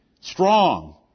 strong